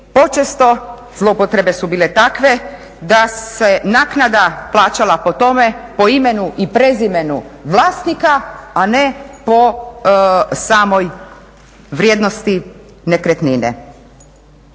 počesto zloupotrebe su bile takve da se naknada plaćala po tome, po imenu i prezimenu vlasnika a ne po samoj vrijednosti nekretnine.